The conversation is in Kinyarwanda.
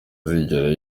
zigera